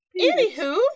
Anywho